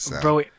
Bro